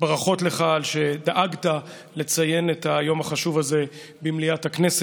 ברכות לך על שדאגת לציין את היום החשוב הזה במליאת הכנסת,